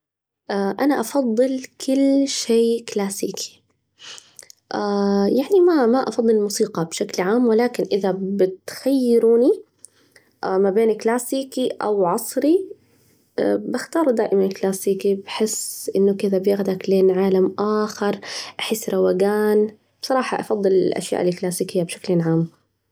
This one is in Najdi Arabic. أنا أفضل كل شيء كلاسيكي، يعني ما ما أفضل الموسيقى بشكل عام، ولكن إذا بتخيروني ما بين كلاسيكي أو عصري، بختار دائمًا كلاسيكي، بحس إنه كدا بياخدك لين عالم آخر، أحس روجان بصراحة أفضل الأشياء الكلاسيكية بشكل عام.